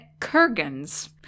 Kurgans